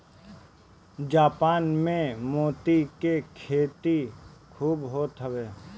Japan में मोती के खेती खूब होत हवे